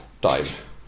dive